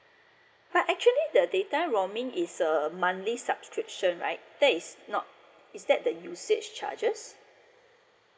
but actually the data time roaming is a monthly subscription right that is not is that the usage charges